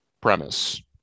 premise